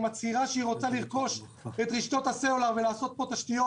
היא מצהירה שהיא רוצה לרכוש את רשתות הסלולר ולעשות פה תשתיות.